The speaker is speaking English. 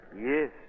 Yes